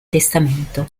testamento